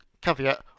Caveat